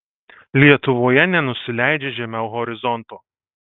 lietuvoje nenusileidžia žemiau horizonto